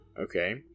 okay